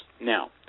Now